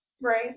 Right